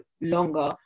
longer